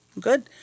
Good